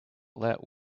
let